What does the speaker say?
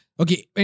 Okay